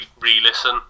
re-listen